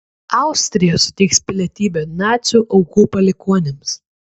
austrija suteiks pilietybę nacių aukų palikuonims